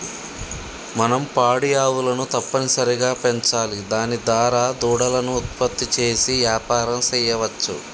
మనం పాడి ఆవులను తప్పనిసరిగా పెంచాలి దాని దారా దూడలను ఉత్పత్తి చేసి యాపారం సెయ్యవచ్చు